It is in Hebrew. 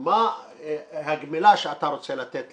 מה טיפולי הגמילה שאתה רוצה לתת